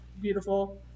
beautiful